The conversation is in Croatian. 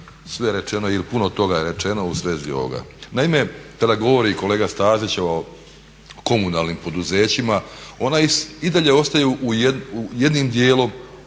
gotovo rečeno ili puno toga je rečeno u svezi ovoga. Naime kada govori kolega Stazić o komunalnim poduzećima, ona i dalje ostaju jednim dijelom